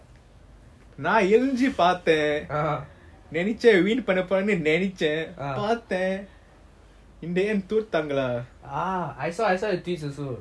நான் ஏழுஞ்சி பாத்தான் நினைச்சன்:naan eazhunchi paathan nenaichan win பண்ண போறாங்கன்னு நினைச்சன் பாத்தான்:panna porangana nenaichan paathan in the end தோத்துட்டாங்களா:thothutangala